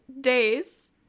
days